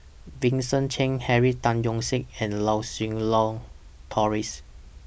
Vincent Cheng Henry Tan Yoke See and Lau Siew Lang Doris